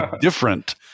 different